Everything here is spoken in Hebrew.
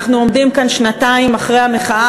אנחנו עומדים כאן שנתיים אחרי המחאה